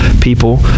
people